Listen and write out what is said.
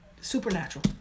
Supernatural